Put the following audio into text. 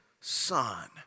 son